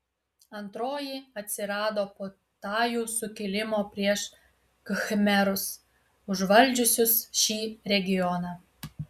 antroji atsirado po tajų sukilimo prieš khmerus užvaldžiusius šį regioną